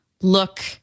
look